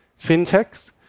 fintechs